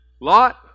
Lot